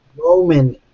Roman